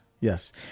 yes